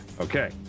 Okay